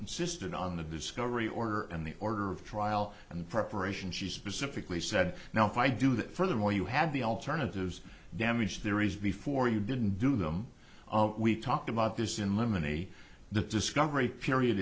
insisted on the discovery order and the order of trial and preparation she specifically said now if i do that furthermore you have the alternatives damage there is before you didn't do them we talked about this in lemony the discovery period